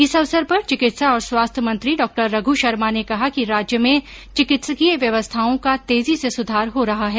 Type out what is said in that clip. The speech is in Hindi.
इस अवसर पर चिकित्सा और स्वास्थ्य मंत्री डॉ रघ् शर्मा ने कहा कि राज्य में चिकित्सकीय व्यवस्थाओं का तेजी से सुधार हो रहा है